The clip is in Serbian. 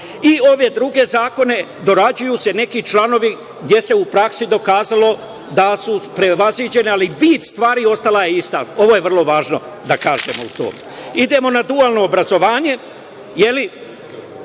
ovi drugi zakoni, dorađuju se neki članovi, gde se u praksi dokazalo da su prevaziđeni, ali bit stvari ostala je ista. Ovo je vrlo važno da kažemo. Idemo na dualno obrazovanje.